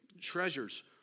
treasures